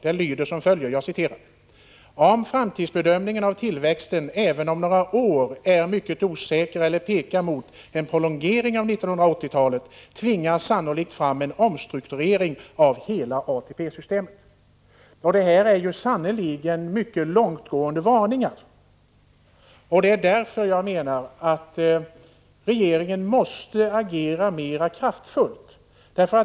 Det lyder som följer: ”Om framtidsbedömningen av tillväxten även om några år är mycket osäker eller pekar mot en prolongering av 1980-talet, tvingas sannolikt fram en omstrukturering av hela ATP-systemet.” Det är sannerligen fråga om mycket långtgående varningar, och det är därför jag menar att regeringen måste agera mera kraftfullt.